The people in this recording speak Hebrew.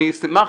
אני אשמח.